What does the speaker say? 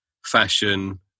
fashion